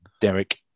Derek